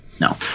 No